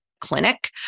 clinic